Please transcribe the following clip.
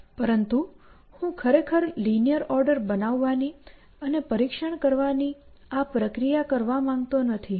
પરંતુ હું ખરેખર લિનીઅર ઓર્ડર બનાવવાની અને પરીક્ષણ કરવાની આ પ્રક્રિયા કરવા માંગતો નથી